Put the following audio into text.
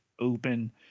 open